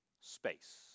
space